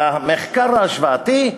במחקר ההשוואתי,